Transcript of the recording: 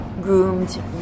groomed